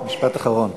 משפט אחרון.